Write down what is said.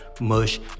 Mush